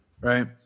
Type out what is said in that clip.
right